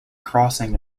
crossing